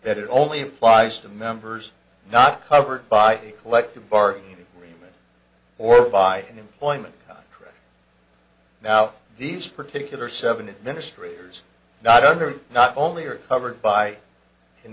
that it only applies to members not covered by collective bargaining agreement or by employment now these particular seven administrator is not under not only are covered by